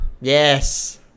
Yes